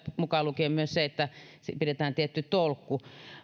mukaan lukien myös se että pidetään tietty tolkku